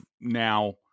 now